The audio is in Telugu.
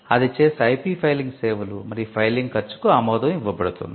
అది చేసే ఐపి ఫైలింగ్ సేవలు మరియు ఫైలింగ్ ఖర్చుకు ఆమోదం ఇవ్వబడుతుంది